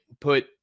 put